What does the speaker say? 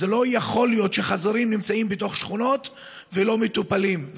לא יכול להיות שחזירים נמצאים בתוך שכונות ולא מטופלים.